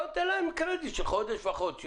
בוא ותן להם קרדיט של חודש לפחות.